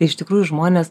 iš tikrųjų žmonės